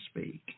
speak